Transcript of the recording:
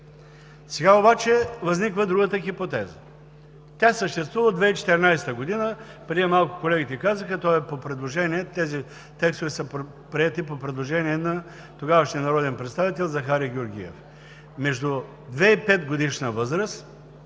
Сега обаче възниква другата хипотеза. Тя съществува от 2014 г., а преди малко колегите казаха, че тези текстове са приети по предложение на тогавашния народен представител Захари Георгиев – между 2 и 5-годишна възраст,